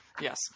Yes